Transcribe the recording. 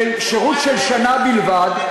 שירות של שנה בלבד,